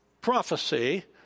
prophecy